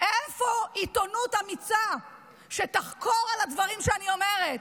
איפה עיתונות אמיצה שתחקור את הדברים שאני אומרת?